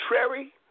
contrary